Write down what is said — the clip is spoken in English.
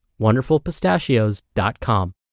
wonderfulpistachios.com